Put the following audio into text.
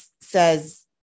says